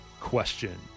question